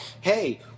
hey